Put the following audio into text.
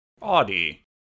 Audi